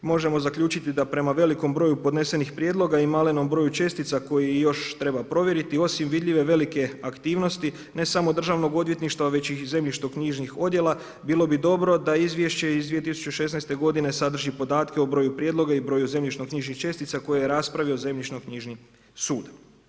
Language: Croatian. Možemo zaključiti da prema velikom broju podnesenom prijedloga i malenom broju čestica, koji još treba provjeriti, osim vidljive velike aktivnosti, ne samo Državnog odvjetništva, već i zemljišno knjižnih odjela, bilo bi dobro da izvješće iz 2016. g. sadržaji podatke o broju prijedlogu i b roju zemljišno knjižnih čestica, koje raspravljaju o zemljišno knjižnim sudu.